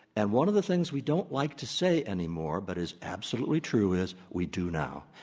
and one of the things we don't like to say any more, but it is absolutely true, is we do now.